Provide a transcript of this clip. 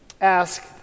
ask